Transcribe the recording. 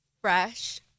fresh